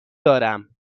دارم